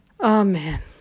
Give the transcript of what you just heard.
Amen